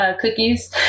cookies